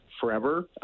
forever